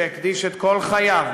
שהקדיש את כל חייו,